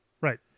Right